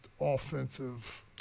offensive